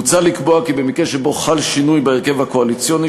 מוצע לקבוע כי במקרה שחל שינוי בהרכב הקואליציוני